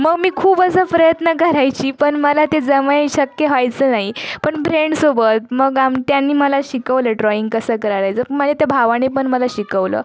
मग मी खूप असा प्रयत्न करायचे पण मला ते जमाय शक्य व्हायचं नाही पण फ्रेंडसोबत मग आम त्यांनी मला शिकवलं ड्राॅयिंग कसं करायचं मए त्या भावाने पण मला शिकवलं